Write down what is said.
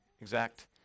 exact